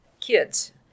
Kids